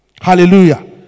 Hallelujah